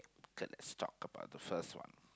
kay let's talk about the first one